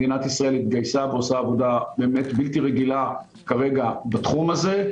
מדינת ישראל התגייסה ועושה עבודה באמת בלתי רגילה כרגע בתחום הזה,